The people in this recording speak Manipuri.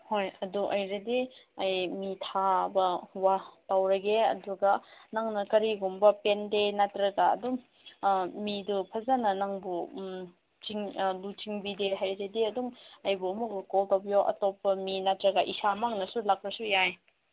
ꯍꯣꯏ ꯑꯗꯨ ꯑꯣꯏꯔꯗꯤ ꯑꯩ ꯃꯤ ꯊꯥꯕ ꯋꯥ ꯇꯧꯔꯒꯦ ꯑꯗꯨꯒ ꯅꯪꯅ ꯀꯔꯤꯒꯨꯝꯕ ꯄꯦꯟꯗꯦ ꯅꯠꯇ꯭ꯔꯒ ꯑꯗꯨꯝ ꯃꯤꯗꯨ ꯐꯖꯅ ꯅꯪꯕꯨ ꯂꯨꯆꯤꯡꯕꯤꯗꯦ ꯍꯥꯏꯔꯗꯤ ꯑꯗꯨꯝ ꯑꯩꯕꯨ ꯑꯃꯨꯛꯀ ꯀꯣꯜ ꯇꯧꯕꯤꯌꯣ ꯑꯇꯣꯞꯄ ꯃꯤ ꯅꯠꯇ꯭ꯔꯒ ꯏꯁꯥꯃꯛꯅꯁꯨ ꯂꯥꯛꯂꯁꯨ ꯌꯥꯏ